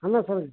हैना सर